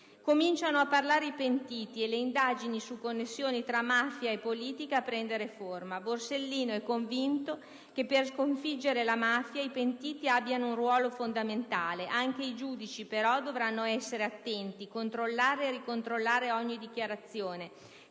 Cominciano a parlare i pentiti e le indagini su connessioni tra mafia e politica iniziano a prendere forma. Borsellino è convinto che per sconfiggere la mafia i pentiti abbiano un ruolo fondamentale. Anche i giudici però dovranno essere attenti. Controllare e ricontrollare ogni dichiarazione,